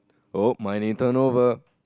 oh my internal verb